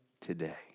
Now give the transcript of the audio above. today